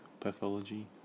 pathology